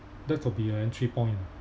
that could be an entry point ah